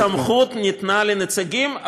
והסמכות ניתנה לנציגים.